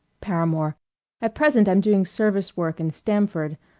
paramore at present i'm doing service work in stamford.